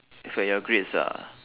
affect your grades ah